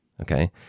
okay